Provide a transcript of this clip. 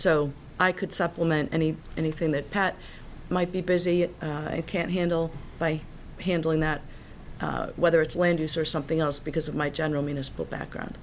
so i could supplement any anything that pat might be busy it can't handle by handling that whether it's land use or something else because of my general municipal background